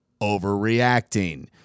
Overreacting